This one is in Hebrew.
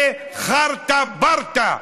זה חרטא ברטא.